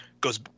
goes